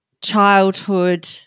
childhood